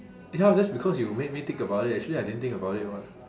ya that's because you made me think about it actually I didn't think about it [what]